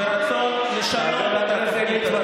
אינו נוכח עמיחי שיקלי,